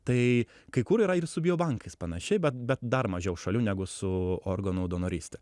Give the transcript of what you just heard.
tai kai kur yra ir su bio bankais panašiai bet bet dar mažiau šalių negu su organų donoryste